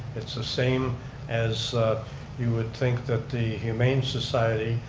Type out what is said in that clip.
it's the same as you would think that the humane society